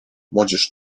młodzież